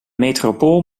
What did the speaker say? metropool